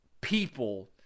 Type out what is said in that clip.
people